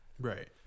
right